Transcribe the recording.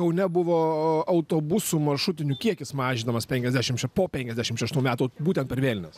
kaune buvo autobusų maršrutinių kiekis mažinamas penkiasdešimt po penkiasdešimt šeštų metų būtent per vėlines